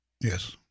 Yes